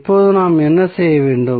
இப்போது நாம் என்ன செய்ய வேண்டும்